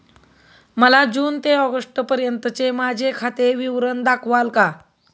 मला जून ते ऑगस्टपर्यंतचे माझे खाते विवरण दाखवाल का?